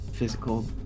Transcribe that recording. physical